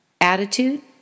attitude